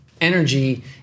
energy